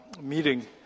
meeting